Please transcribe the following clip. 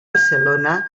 barcelona